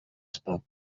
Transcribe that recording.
spoke